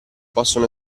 possono